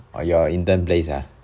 ah your intern place ah